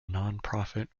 nonprofit